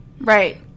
Right